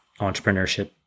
entrepreneurship